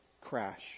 crash